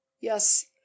Yes